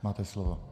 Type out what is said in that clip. Máte slovo.